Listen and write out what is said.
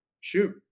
Shoot